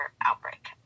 outbreak